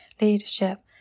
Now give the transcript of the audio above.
leadership